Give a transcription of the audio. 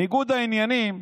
ניגוד העניינים,